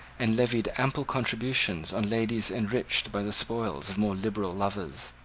and levied ample contributions on ladies enriched by the spoils of more liberal lovers.